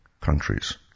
countries